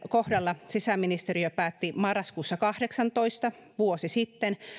kohdalla sisäministeriö päätti marraskuussa kahdeksantoista vuosi sitten